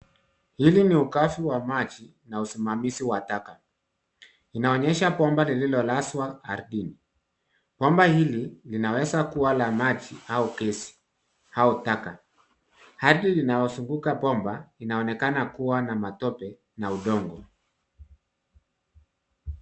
Hili ni ukavu wa maji na usimamizi wa taka, inaonyesha bomba lililolazwa ardhini. Bomba hili linaweza kua la maji, au kesi, au taka. Ardhi inayozunguka bomba inaoenaka kua na matope na udongo.